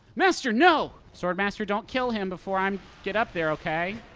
master, no! sword master, don't kill him before i'm get up there, okay?